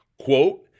Quote